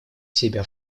себя